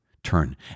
Turn